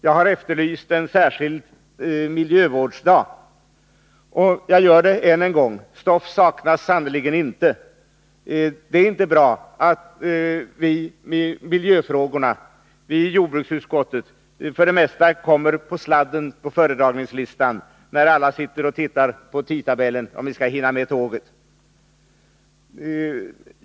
Jag har efterlyst en miljövårdsdag, och jag gör det än en gång. Stoff saknas sannerligen inte. Det är inte bra att miljövårdsfrågorna i jordbruksutskottet för det mesta kommer på sladden på föredragningslistan, när alla sitter och tittar på tidtabellen för att se om vi hinner med tåget.